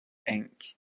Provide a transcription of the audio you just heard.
ink